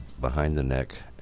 behind-the-neck